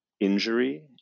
injury